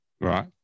Right